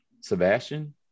Sebastian